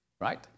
right